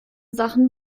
sachen